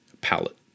palette